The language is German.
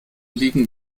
liegen